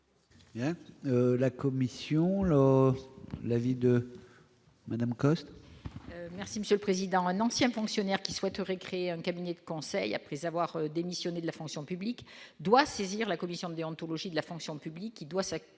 La commission le la vie de Madame Coste. Merci monsieur le président, un ancien fonctionnaire qui souhaiterait créer un cabinet de conseil après avoir démissionné de la fonction publique doit saisir la commission déontologie de la fonction publique qui doit s'statuer